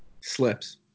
Slips